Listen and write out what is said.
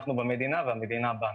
אנחנו במדינה והמדינה בנו.